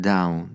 Down